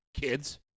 Kids